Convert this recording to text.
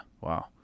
Wow